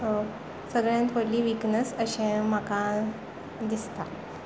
सगळ्यांत व्हडली विकनस अशें म्हाका दिसता